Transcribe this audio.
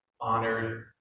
honored